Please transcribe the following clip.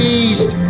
east